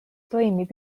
toimib